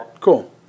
cool